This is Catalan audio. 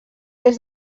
est